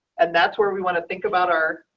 and that's where we want to think about our